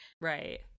Right